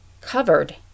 covered